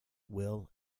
will